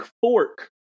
fork